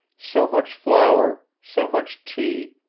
so much flour, so much tea,